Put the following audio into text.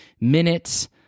minutes